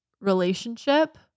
relationship